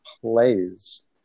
plays –